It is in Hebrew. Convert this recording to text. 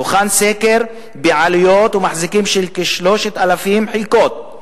הוכן סקר בעלויות ומחזיקים של כ-3,000 חלקות,